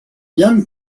young